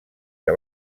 que